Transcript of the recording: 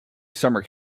summer